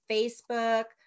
Facebook